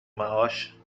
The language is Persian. معاش